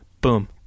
Boom